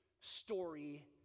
story